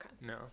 no